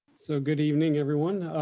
so good evening, everyone.